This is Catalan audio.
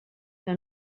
que